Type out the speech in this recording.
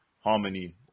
harmony